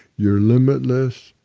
you're limitless.